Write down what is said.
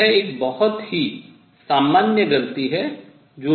यह एक बहुत ही सामान्य गलती है जो लोग करते हैं